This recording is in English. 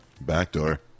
Backdoor